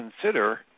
consider